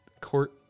court